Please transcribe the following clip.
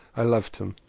i loved him.